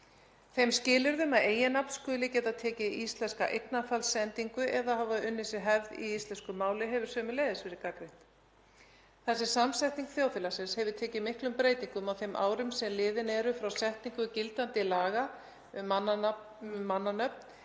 Þau skilyrði að eiginnöfn skuli geta tekið íslenska eignarfallsendingu eða hafa unnið sér hefð í íslensku máli hafa sömuleiðis verið gagnrýnd. Þar sem samsetning þjóðfélagsins hefur tekið miklum breytingum á þeim árum sem liðin eru frá setningu gildandi laga um mannanöfn